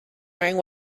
wearing